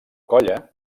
colla